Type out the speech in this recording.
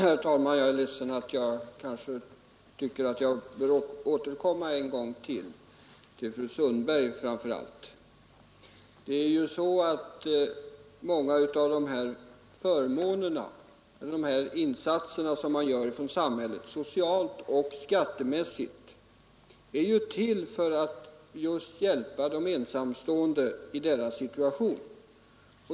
Herr talman! Jag är ledsen över att behöva återkomma en gång till men anser att jag måste göra det, framför allt till fru Sundberg. Många av samhällets insatser, socialt och skattemässigt, är ju till just för att hjälpa de ensamstående i deras situation.